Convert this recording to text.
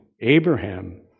Abraham